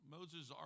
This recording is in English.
Moses